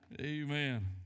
Amen